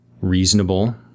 reasonable